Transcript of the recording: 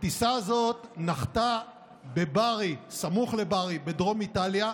הטיסה הזאת נחתה בבארי, סמוך לבארי בדרום איטליה,